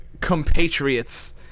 compatriots